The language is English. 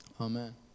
Amen